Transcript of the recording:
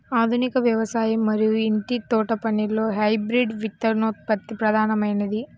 ఆధునిక వ్యవసాయం మరియు ఇంటి తోటపనిలో హైబ్రిడ్ విత్తనోత్పత్తి ప్రధానమైనది